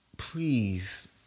Please